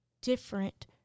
different